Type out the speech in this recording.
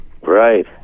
Right